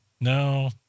No